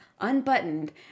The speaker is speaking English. unbuttoned